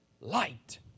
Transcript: light